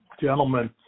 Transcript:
gentlemen